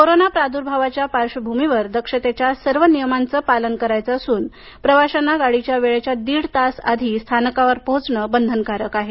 corona प्रादूर्रभावाच्या पार्श्वभूमीवर दक्षतेच्या सर्व नियमांचं पालन करायचं असून प्रवाशांना गाडीच्या वेळेच्या दीड तास आधी स्थानकावर पोहोचणे बंधनकारक आहे